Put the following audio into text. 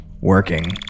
working